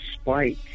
spike